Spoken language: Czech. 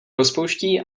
rozpouští